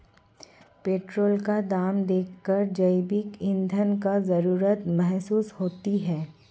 petrol का दाम देखकर जैविक ईंधन की जरूरत महसूस होती है